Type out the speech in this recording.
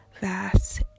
vast